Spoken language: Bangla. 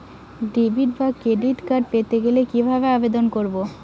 ডেবিট বা ক্রেডিট কার্ড পেতে কি ভাবে আবেদন করব?